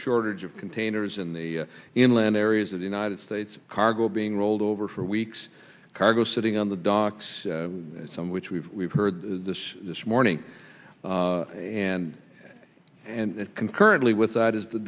shortage of containers in the inland areas of the united states cargo being rolled over for weeks cargo sitting on the docks some which we've heard this this morning and and concurrently with that is the